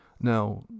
Now